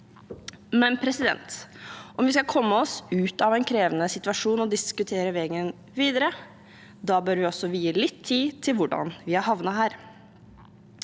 interessant. Om vi skal komme oss ut av en krevende situasjon og diskutere veien videre, bør vi også vie litt tid til hvordan vi har havnet her.